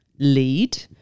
lead